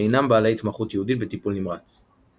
שאינם בעלי התמחות ייעודית בטיפול נמרץ.